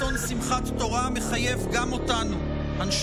יירשם בפרוטוקול שהשרה גולן הצביעה בטעות מהעמדה של השר יריב לוין.